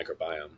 microbiome